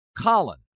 Colin